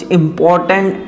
important